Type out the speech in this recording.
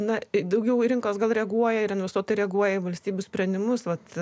na daugiau rinkos gal reaguoja ir investuotojai reaguoja į valstybių sprendimus vat